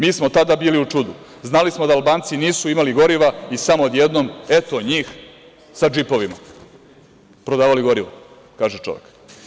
Mi smo tada bili u čudu, znali smo da Albanci nisu imali goriva i samo odjednom eto njih sa džipovima, prodavali gorivo kaže čovek.